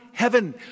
Heaven